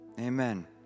amen